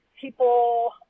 people